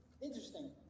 Interesting